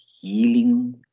healing